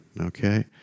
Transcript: okay